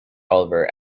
oliver